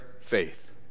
faith